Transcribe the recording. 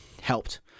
helped